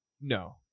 no